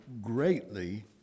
greatly